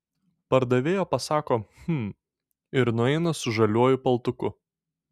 pardavėja pasako hm ir nueina su žaliuoju paltuku